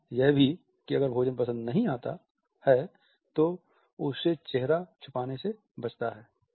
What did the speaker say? और यह भी कि अगर भोजन पसंद नहीं आता है तो उसे चेहरा छुपाने से बचाता है